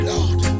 Lord